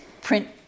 print